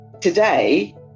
today